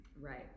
Right